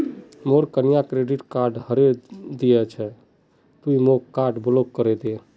मोर कन्या credit card हरें दिया छे से तुई मोर कार्ड ब्लॉक करे दे